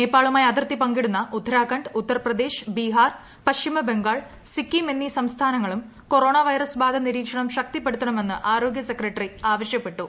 നേപ്പാളുമായി അതിർത്തി പങ്കിടുന്ന ഉത്തരാഖണ്ഡ് ഉത്തർപ്രദേശ് ബിഹാർ പശ്ചിമ ബംഗാൾ സിക്കിം എന്നീ സംസ്ഥാനങ്ങളും കൊറോണ വൈറസ് ബാധ നിരീക്ഷണം ശക്തിപ്പെടുത്തണമെന്ന് ആരോഗൃ സെക്രട്ടറി ആവശ്യപ്പെട്ടു